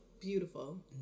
beautiful